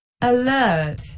Alert